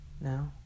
now